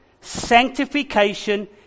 sanctification